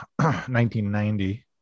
1990